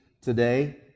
today